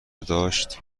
داشت